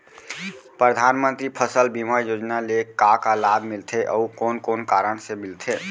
परधानमंतरी फसल बीमा योजना ले का का लाभ मिलथे अऊ कोन कोन कारण से मिलथे?